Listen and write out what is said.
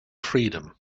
freedom